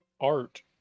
Art